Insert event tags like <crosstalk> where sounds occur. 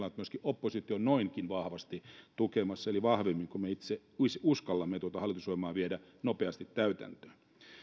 <unintelligible> on myöskin opposition noinkin vahvasti tukiessa eli vahvemmin kuin me itse uskallamme tuota hallitusohjelmaa viedä nopeasti täytäntöön